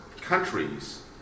countries